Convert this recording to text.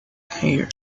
here